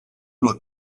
nur